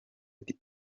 ati